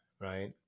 right